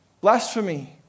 Blasphemy